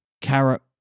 Carrot